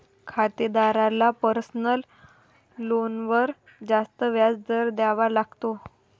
खातेदाराला पर्सनल लोनवर जास्त व्याज दर द्यावा लागतो